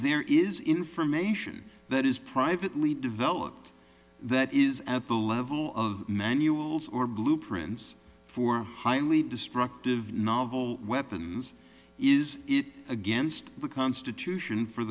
there is information that is privately developed that is at the level of manuals or blueprints for highly destructive novel weapons is it against the constitution for